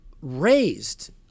raised